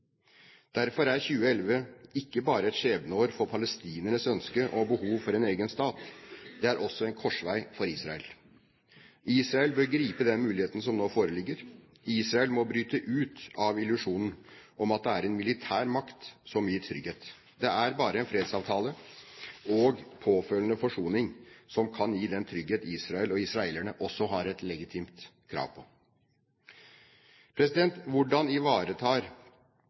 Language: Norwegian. Derfor er 2011 ikke bare et skjebneår for palestinernes ønske om og behov for en egen stat. Det er også en korsvei for Israel. Israel bør gripe den muligheten som nå foreligger. Israel må bryte ut av illusjonen om at det er en militær makt som gir trygghet. Det er bare en fredsavtale og påfølgende forsoning som kan gi den trygghet Israel og israelerne også har et legitimt krav på. Hvordan ivaretar